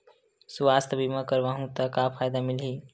सुवास्थ बीमा करवाहू त का फ़ायदा मिलही?